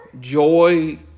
joy